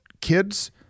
kids